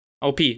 OP